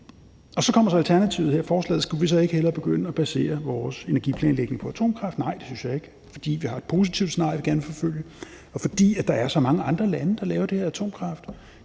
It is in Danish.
hvor man spørger: Skulle vi så ikke hellere begynde at basere vores energiplanlægning på atomkraft? Nej, det synes jeg ikke, for vi har et positivt scenarie, vi gerne vil forfølge, og fordi der er så mange andre lande, der laver atomkraft.